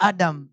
Adam